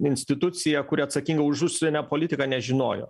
institucija kuri atsakinga už užsienio politiką nežinojo